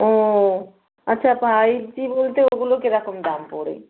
ও আচ্ছা five G বলতে ওগুলো কীরকম দাম পড়বে